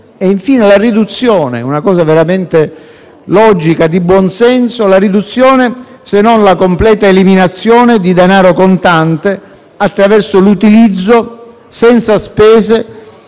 è stata richiesta - cosa veramente logica e di buon senso - la riduzione, se non la completa eliminazione di denaro contante attraverso l'utilizzo, senza spese